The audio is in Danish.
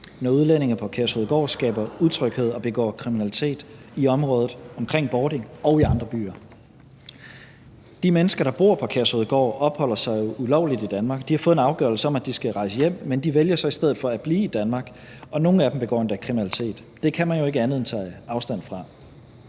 at udlændinge på Kærshovedgård skaber utryghed og begår kriminalitet i området omkring Bording og i andre byer. De mennesker, der bor på Kærshovedgård, opholder sig jo ulovligt i Danmark. De har fået en afgørelse om, at de skal rejse hjem, men de vælger så i stedet for at blive i Danmark, og nogle af dem begår endda kriminalitet. Det kan man jo ikke andet end tage afstand fra.